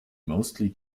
mostly